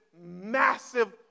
massive